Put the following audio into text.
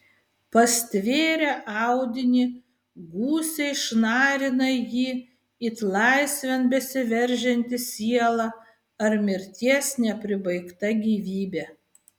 pastvėrę audinį gūsiai šnarina jį it laisvėn besiveržianti siela ar mirties nepribaigta gyvybė